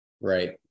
Right